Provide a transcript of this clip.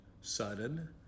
sudden